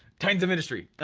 titans of industry!